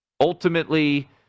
ultimately